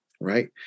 right